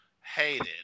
hated